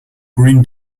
green